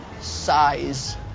size